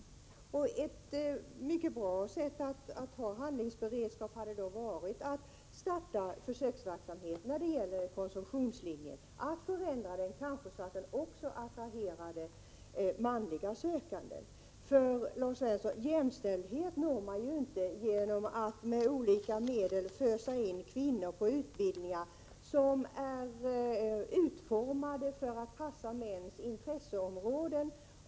Det hade varit mycket bra för handlingsberedskapen att starta försöksverksamhet på konsumtionslinjen, genom att förändra den så att den också attraherar manliga sökande. Jämställdhet uppnås inte, Lars Svensson, genom att kvinnor med olika medel blir fösta in på utbildningar som är utformade av män för att passa mäns intresseområden.